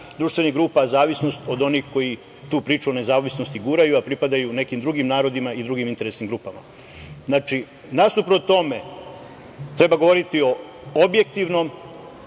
društvenih grupa, zavisnost od onih koji tu priču o nezavisnosti guraju, a pripadaju nekim drugim narodima i drugim interesnim grupama. Znači, nasuprot tome, treba govoriti o objektivnom,